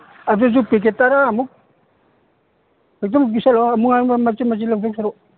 ꯑꯗꯨꯁꯨ ꯄꯦꯀꯦꯠ ꯇꯔꯥꯃꯨꯛ ꯑꯗꯨꯃ ꯄꯤꯁꯟꯂꯛꯑꯣ ꯑꯃꯨꯛ ꯑꯩꯉꯣꯟꯗ ꯃꯆꯤꯠ ꯃꯆꯤꯠ ꯂꯧꯗꯧ ꯁꯔꯨꯛ